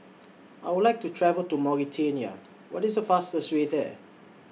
I Would like to travel to Mauritania What IS The fastest Way There